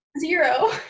Zero